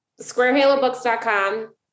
SquareHaloBooks.com